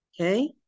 Okay